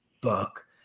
book